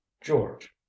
George